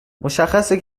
مشخصه